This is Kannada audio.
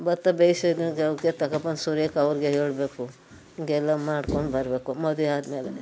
ಭತ್ತ ಬೇಯ್ಸಿದ್ದು ತಗೊಂಡ್ಬಂದು ಸುರಿಯೋಕೆ ಅವ್ರಿಗೆ ಹೇಳ್ಬೇಕು ಇದೆಲ್ಲ ಮಾಡ್ಕೊಂಡು ಬರಬೇಕು ಮದುವೆ ಆದ್ಮೇಲೆ